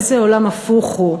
איזה עולם הפוך הוא,